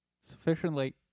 Sufficiently